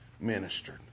ministered